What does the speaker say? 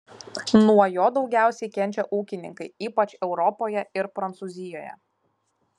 nuo jo daugiausiai kenčia ūkininkai ypač europoje ir prancūzijoje